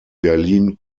berlin